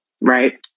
right